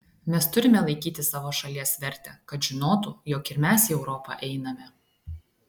mes turime laikyti savo šalies vertę kad žinotų jog ir mes į europą einame